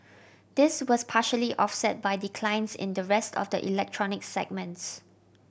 this was partially offset by declines in the rest of the electronic segments